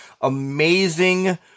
amazing